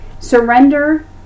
surrender